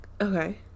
Okay